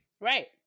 Right